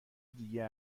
دیگه